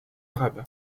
arabe